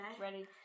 ready